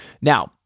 Now